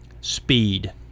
speed